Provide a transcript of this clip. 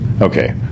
okay